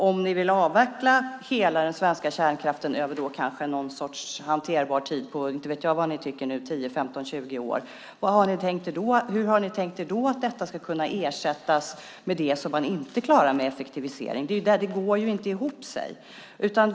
Om ni vill avveckla hela den svenska kärnkraften över en hanterbar tid på 10, 15 eller 20 år - inte vet jag vad ni tycker nu - hur har ni då tänkt er att detta ska kunna ersättas med det som man inte klarar med effektivisering? Det går inte ihop.